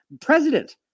president